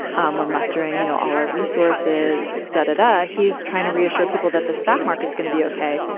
um we're mustering, you know, all our resources, da-da-da. he's trying to reassure people that the stock market's going to be ok.